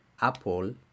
Apple